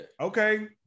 Okay